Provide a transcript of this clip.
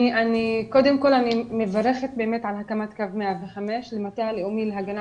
אני מברכת על הקמת קו 105. למטה הלאומי להגנה